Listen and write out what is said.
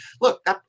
look